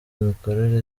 imikorere